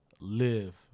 live